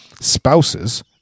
spouses